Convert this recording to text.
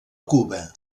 cuba